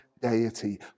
deity